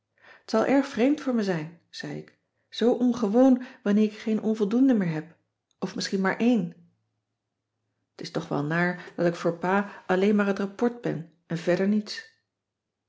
zal erg vreemd voor me zijn zei ik zoo ongewoon wanneer ik geen onvoldoenden meer heb of misschien maar een t is toch wel naar dat ik voor pa alleen maar het rapport ben en verder niets